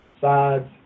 sides